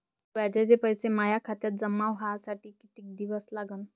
व्याजाचे पैसे माया खात्यात जमा व्हासाठी कितीक दिवस लागन?